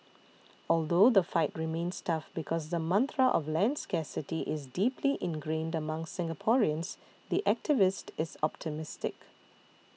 although the fight remains tough because the mantra of land scarcity is deeply ingrained among Singaporeans the activist is optimistic